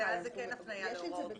יש את זה בתקנות.